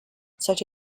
such